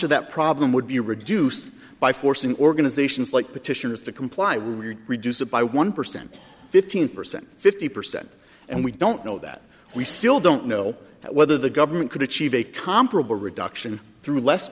of that problem would be reduced by forcing organizations like petitioners to comply we would reduce it by one percent fifteen percent fifty percent and we don't know that we still don't know whether the government could achieve a comparable reduction through less